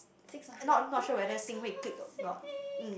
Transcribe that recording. six of you all oh-my-god six